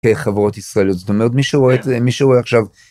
חברות ישראלית זאת אומרת מי שרואה את זה מי שרואה עכשיו.